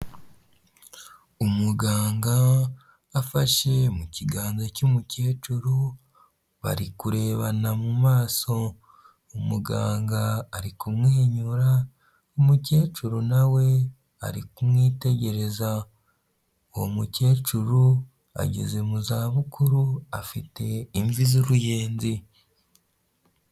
Umuganga afashe mu kiganza cy'umukecuru bari kurebana mu mumaso umuganga ari kumwenyura umukecuru nawe ari kumwitegereza uwo mukecuru ageze mu za bukuru afite imvi'uruyenzi.